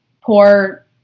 poor